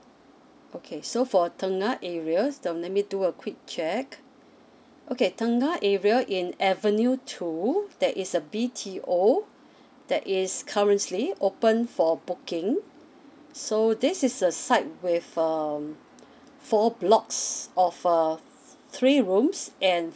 okay so for tenggah areas the mm let me do a quick check okay tenggh area in avenue two that is a B_T_O that is currently open for booking so this is a site with um four blocks of a three rooms and